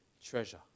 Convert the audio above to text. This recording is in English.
Treasure